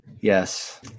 Yes